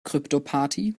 kryptoparty